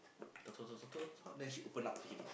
talk talk talk talk talk talk then she open up to him